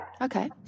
Okay